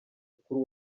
kuri